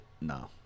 no